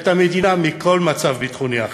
את המדינה יותר מכל מצב ביטחוני אחר.